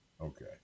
Okay